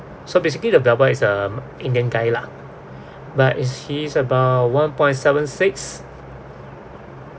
so basically the bellboy is um indian guy lah but is he's about one point seven six